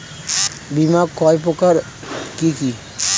বীমা কয় প্রকার কি কি?